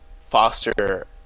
foster